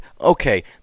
okay